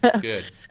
good